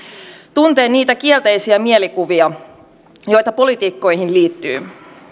tuntee niitä kielteisiä mielikuvia joita poliitikkoihin liittyy